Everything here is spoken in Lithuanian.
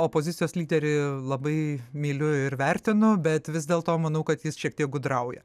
opozicijos lyderį labai myliu ir vertinu bet vis dėlto manau kad jis šiek tiek gudrauja